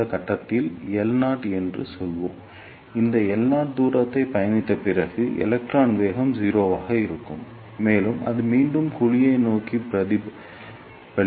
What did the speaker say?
ஒரு கட்டத்தில் L0 என்று சொல்வோம் இந்த L0 தூரத்தை பயணித்த பிறகு எலக்ட்ரான் வேகம் 0 ஆக இருக்கும் மேலும் அது மீண்டும் குழியை நோக்கி பிரதிபலிக்கும்